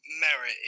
merit